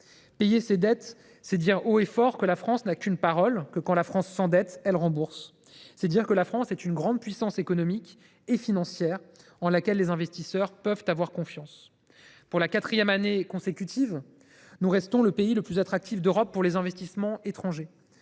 Payer ses dettes, c’est dire haut et fort que la France n’a qu’une parole, que, quand la France s’endette, elle rembourse. C’est dire que la France est une grande puissance économique et financière, en laquelle les investisseurs peuvent avoir confiance. Pour la quatrième année consécutive, nous restons le pays le plus attractif d’Europe pour les investissements étrangers.